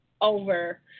Over